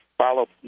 follow